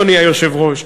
אדוני היושב-ראש,